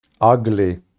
ugly